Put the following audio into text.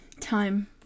time